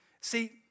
See